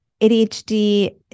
ADHD